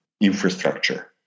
infrastructure